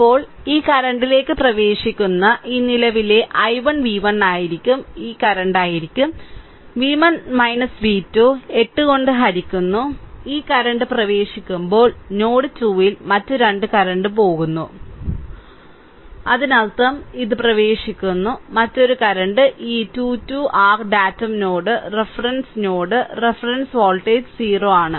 അപ്പോൾ ഈ കറന്റിലേക്ക് പ്രവേശിക്കുന്ന ഈ നിലവിലെ i1 v1 ആയിരിക്കും ഈ കറന്റ് ആയിരിക്കും v1 v2 8 കൊണ്ട് ഹരിക്കുന്നു ഈ കറന്റ് പ്രവേശിക്കുമ്പോൾ നോഡ് 2 ൽ മറ്റ് 2 കറന്റ് പോകുന്നു അതിനർത്ഥം ഇത് പ്രവേശിക്കുന്നു മറ്റൊരു കറന്റ് ഈ 2 2 r datum node reference node reference voltage 0 ആണ്